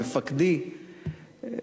מפקדי,